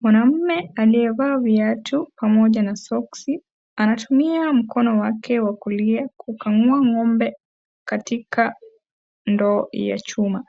Mwanamme aliyevaa viatu pamoja na soksi anatumia mkono wake wa kulia kukamua ng'ombe katika ndoo ya chuma,